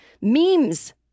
memes